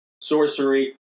sorcery